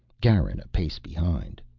garin a pace behind.